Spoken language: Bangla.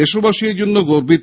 দেশবাসী এই জন্য গর্বিত